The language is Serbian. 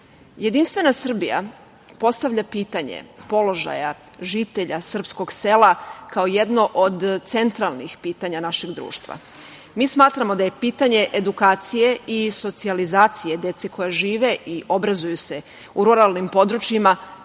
dece. Jedinstvena Srbija postavlja pitanje položaja žitelja srpskog sela kao jedno od centralnih pitanja našeg društva. Mi smatramo da je pitanje edukacije i socijalizacije dece koja žive i obrazuju se u ruralnim područjima